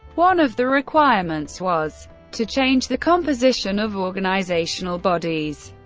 one of the requirements was to change the composition of organizational bodies.